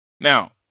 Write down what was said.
Now